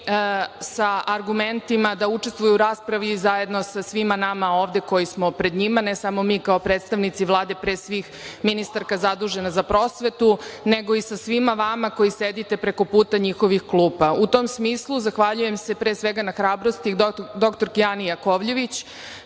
sa argumentima da učestvuju u raspravi zajedno sa svima nama ovde koji smo pred njima, ne samo mi kao predstavnici Vlade, pre svih ministarka zadužena za prosvetu, nego i sa svima vama koji sedite prekoputa njihovih klupa.U tom smislu, zahvaljujem se pre svega na hrabrosti dr Ani Jakovljević,